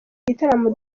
gitaramo